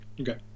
Okay